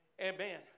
Amen